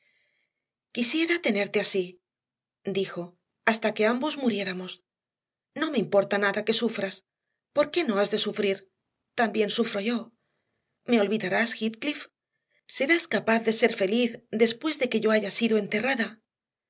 quisiera tenerte así dijo hasta que ambos muriéramos no me importa nada que sufras por qué no has de sufrir también sufro yo me olvidarás heathcliff serás capaz de ser feliz después de que yo haya sido enterrada